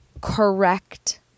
correct